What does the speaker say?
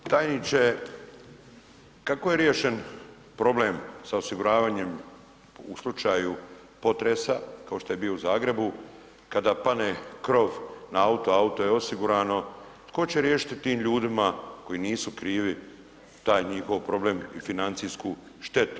Tajniče, kako je riješen problem sa osiguravanjem u slučaju potresa, kao što je bio u Zagrebu, kada pane krov na auto, auto je osigurano, tko će riješiti tim ljudima koji nisu krivi taj njihov problem i financijsku štetu?